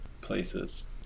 places